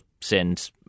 send